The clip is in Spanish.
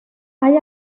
hay